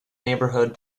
neighborhood